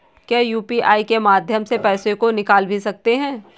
क्या यू.पी.आई के माध्यम से पैसे को निकाल भी सकते हैं?